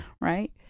Right